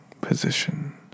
position